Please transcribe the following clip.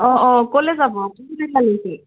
অঁ অঁ ক'লৈ যাব